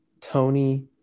Tony